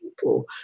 people